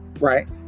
right